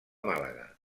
màlaga